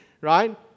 right